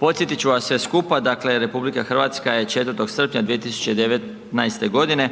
Podsjetit ću vas sve skupa, dakle RH je 4. srpnja 2019. g.